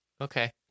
Okay